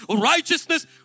righteousness